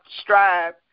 strive